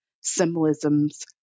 symbolisms